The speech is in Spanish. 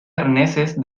arneses